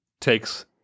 takes